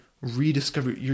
rediscover